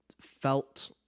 felt